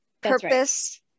purpose